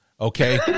okay